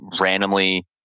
randomly